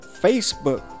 Facebook